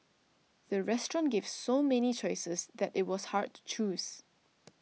the restaurant gave so many choices that it was hard to choose